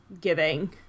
giving